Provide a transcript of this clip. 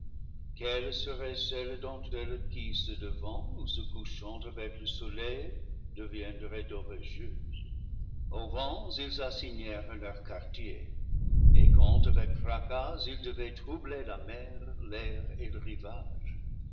quelles seraient celles d'entre elles qui se levant ou se couchant avec le soleil deviendraient orageuses aux vents ils assignèrent leurs quartiers et quand avec fracas ils devaient troubler la mer l'air et le rivage